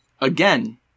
Again